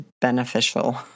beneficial